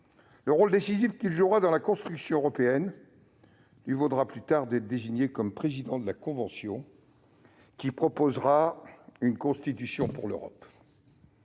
Le rôle décisif qu'il joue dans la construction européenne lui vaudra d'être, plus tard, désigné président de la Convention qui proposera une Constitution pour l'Europe.